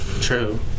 True